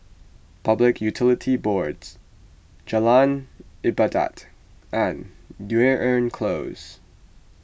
Public Utilities Boards Jalan Ibadat and Dunearn Close